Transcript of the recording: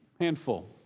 handful